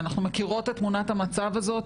ואנחנו מכירות את תמונת המצב הזאת,